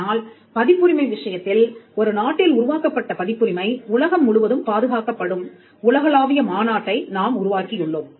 ஆனால் பதிப்புரிமை விஷயத்தில் ஒரு நாட்டில் உருவாக்கப்பட்ட பதிப்புரிமை உலகம் முழுவதும் பாதுகாக்கப்படும் உலகளாவிய மாநாட்டை நாம் உருவாக்கியுள்ளோம்